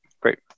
Great